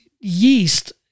yeast